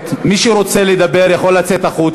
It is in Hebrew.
יש לך עשר דקות.